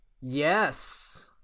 Yes